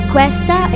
Questa